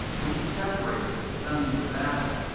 when he separated the sons of adam,